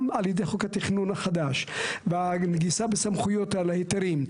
גם על ידי חוק התכנון החדש והנגיסה בסמכויות על ההיתרים.